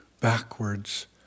backwards